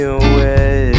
away